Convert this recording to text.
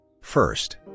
First